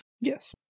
Yes